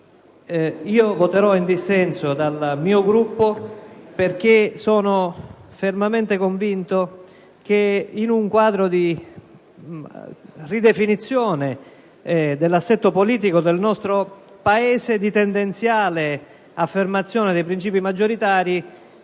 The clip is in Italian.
Io voterò in dissenso dal mio Gruppo, perché sono fermamente convinto che, in un quadro di ridefinizione dell'assetto politico del nostro Paese nel senso di una tendenziale affermazione dei principi maggioritari,